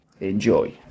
enjoy